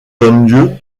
donne